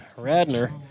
Radner